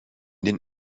den